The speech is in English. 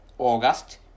August